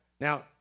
now